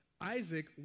Isaac